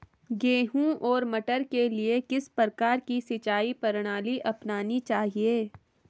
गेहूँ और मटर के लिए किस प्रकार की सिंचाई प्रणाली अपनानी चाहिये?